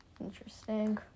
Interesting